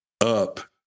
up